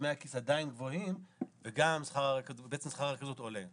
דמי הכיס עדיין גבוהים ובעצם שכר הרכזות עולה.